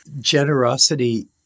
generosity